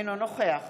אינו נוכח